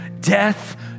Death